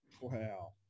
Wow